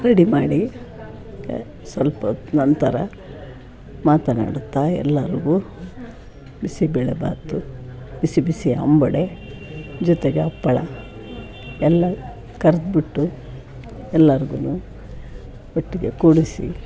ರಡಿ ಮಾಡಿ ಗೆ ಸ್ವಲ್ಪ ಹೊತ್ತು ನಂತರ ಮಾತನಾಡುತ್ತಾ ಎಲ್ಲರಿಗೂ ಬಿಸಿಬೇಳೆಭಾತು ಬಿಸಿ ಬಿಸಿ ಅಂಬೊಡೆ ಜೊತೆಗೆ ಹಪ್ಪಳ ಎಲ್ಲ ಕರ್ದು ಬಿಟ್ಟು ಎಲ್ಲರ್ಗು ಒಟ್ಟಿಗೆ ಕೂಡಿಸಿ